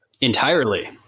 Entirely